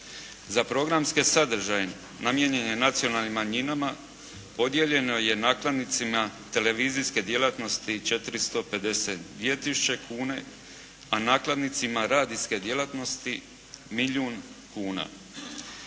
Za programske sadržaje namijenjene nacionalnim manjinama podijeljeno je nakladnicima televizijske djelatnosti 450, 2000 kune, a nakladnicima radijske djelatnosti milijun kuna.